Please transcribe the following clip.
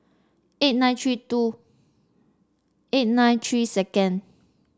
eight nine three two eight nine three second